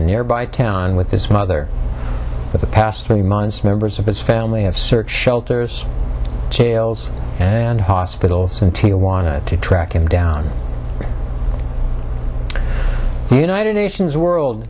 a nearby town with his mother for the past three months members of his family have searched shelters jails and hospitals until i want to track him down to the united nations world